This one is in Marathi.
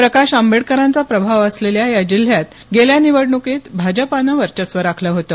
प्रकाश आंबेडकरांचा प्रभाव असलेल्या या जिल्ह्यात गेल्या निवडणुकीत भाजपानं वर्चस्व राखलं होतं